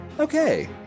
Okay